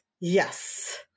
Yes